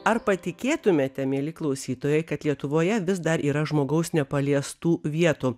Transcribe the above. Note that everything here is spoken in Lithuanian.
ar patikėtumėte mieli klausytojai kad lietuvoje vis dar yra žmogaus nepaliestų vietų